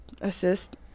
assist